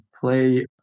play